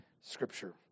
Scripture